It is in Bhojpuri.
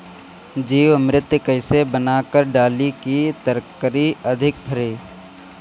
जीवमृत कईसे बनाकर डाली की तरकरी अधिक फरे?